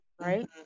right